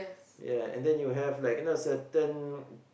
ya and then you have like you know certain